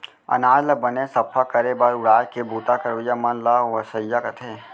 अनाज ल बने सफ्फा करे बर उड़ाय के बूता करइया मन ल ओसवइया कथें